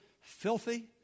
filthy